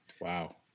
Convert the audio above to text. Wow